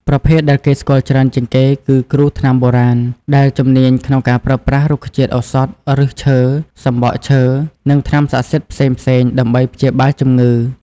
ប្រភេទដែលគេស្គាល់ច្រើនជាងគេគឺ គ្រូថ្នាំបុរាណ ដែលជំនាញក្នុងការប្រើប្រាស់រុក្ខជាតិឱសថ ឫសឈើ សំបកឈើ និងថ្នាំស័ក្តិសិទ្ធិផ្សេងៗដើម្បីព្យាបាលជំងឺ។